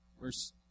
verse